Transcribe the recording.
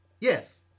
Yes